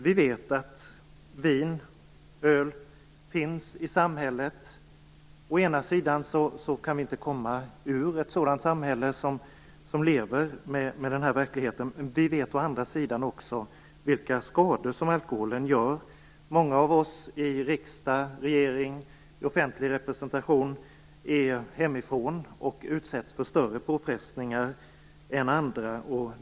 Vi vet att vin och öl finns i samhället. Å ena sidan kan vi inte komma ur ett sådant samhälle som lever med den verkligheten. Vi vet å andra sidan också vilka skador som alkoholen ger. Många av oss i riksdag, i regering och i offentlig representation är hemifrån och utsätts för större påfrestningar än andra.